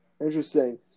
interesting